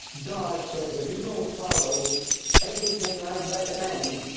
god says if you don't follow everything i recommend,